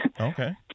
Okay